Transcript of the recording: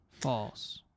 False